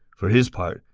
for his part,